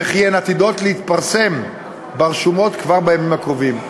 וכי הן עתידות להתפרסם ברשומות כבר בימים הקרובים,